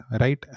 right